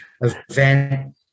event